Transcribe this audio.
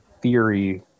theory